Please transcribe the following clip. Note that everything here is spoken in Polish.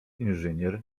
inżynier